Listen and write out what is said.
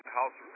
House